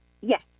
Yes